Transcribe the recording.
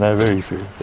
ah very few.